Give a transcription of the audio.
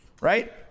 right